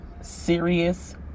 serious